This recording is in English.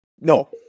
No